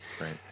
Right